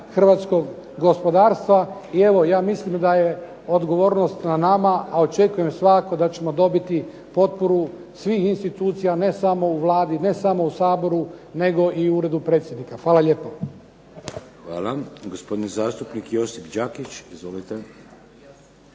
hrvatskog gospodarstva. I evo, ja mislim da je odgovornost na nama, a očekujem svakako da ćemo dobiti potporu svih institucija ne samo u Vladi, ne samo u Saboru, nego i u Uredu predsjednika. Hvala lijepo. **Šeks, Vladimir (HDZ)** Hvala. Gospodin zastupnik Josip Đakić. Izvolite.